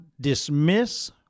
dismiss